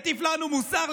יטיף לנו מוסר?